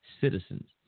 citizens